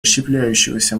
расщепляющегося